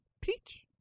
Peach